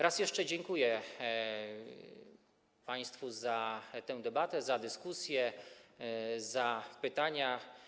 Raz jeszcze dziękuję państwu za tę debatę, za dyskusję, za pytania.